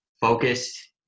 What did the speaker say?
focused